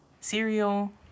cereal